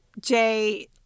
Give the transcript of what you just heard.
Jay –